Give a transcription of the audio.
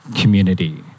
community